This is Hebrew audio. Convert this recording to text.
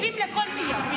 מקשיבים לכל מילה.